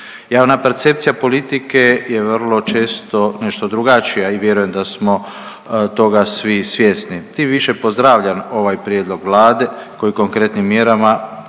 Javna percepcija politike je vrlo često nešto drugačija i vjerujem da smo toga svi svjesni. Tim više pozdravljam ovaj prijedlog Vlade koji konkretnim mjerama,